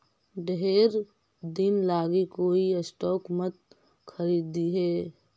ढेर दिन लागी कोई स्टॉक मत खारीदिहें